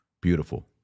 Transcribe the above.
Beautiful